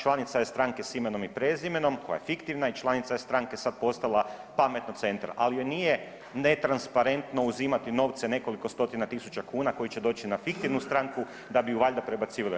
Članica je stranke „Sa imenom i prezimenom“ koja je fiktivna i članica je stranke sad postala „Pametno centar“ ali joj nije netransparentno uzimati novce nekoliko stotina tisuća kuna koji će doći na fiktivnu stranku da bi ih valjda prebacivala.